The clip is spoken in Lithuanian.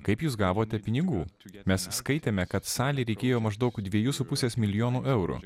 kaip jūs gavote pinigų mes skaitėme kad salei reikėjo maždaug dviejų su pusės milijono eurų